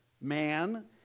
man